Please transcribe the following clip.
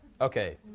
Okay